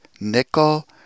nickel